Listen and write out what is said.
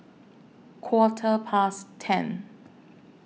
Quarter Past ten